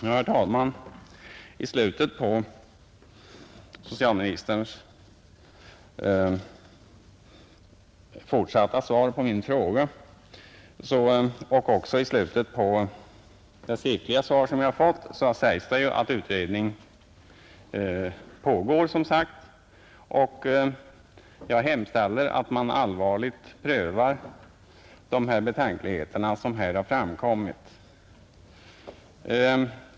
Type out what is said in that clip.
Herr talman! I slutet av socialministerns fortsatta svar på min fråga och även i slutet av det skriftliga svar som jag har fått sägs det att utredning pågår. Jag hemställer då att man allvarligt prövar de betänkligheter som här har framkommit.